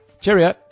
cheerio